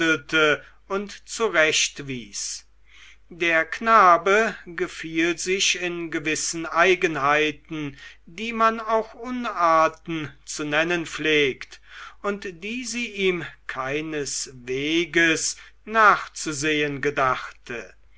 und zurechtwies der knabe gefiel sich in gewissen eigenheiten die man auch unarten zu nennen pflegt und die sie ihm keineswegs nachzusehen gedachte